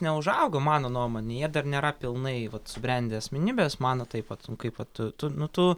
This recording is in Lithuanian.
neužaugo mano nuomone jie dar nėra pilnai vat subrendę asmenybės man va taip vat kaip vat tu nu tu